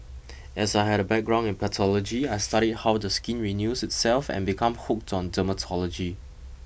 as I had a background in pathology I studied how the skin renews itself and become hooked on dermatology